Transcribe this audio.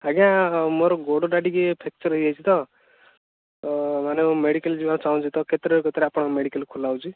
ଆଜ୍ଞା ମୋର ଗୋଡ଼ଟା ଟିକେ ଫ୍ୟାକଚର୍ ହେଇଯାଇଛି ତ ତ ମାନେ ମୁଁ ମେଡ଼ିକାଲ୍ ଯିବାକୁ ଚାହୁଁଛି ତ କେତେଟାରୁ କେତେଟା ଆପଣ ମେଡ଼ିକାଲ୍ ଖୋଲା ହେଉଛି